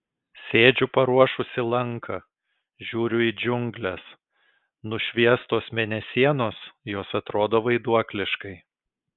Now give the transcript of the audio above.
sėdžiu paruošusi lanką žiūriu į džiungles nušviestos mėnesienos jos atrodo vaiduokliškai